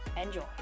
enjoy